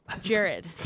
jared